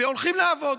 והולכים לעבוד.